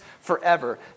forever